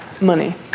money